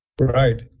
right